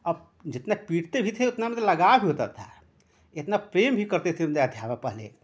अब जितना पीटते भी थे उतना मतलब लगाब भी होता था इतना प्रेम भी करते थे अध्यापक पहले